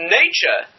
nature